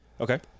Okay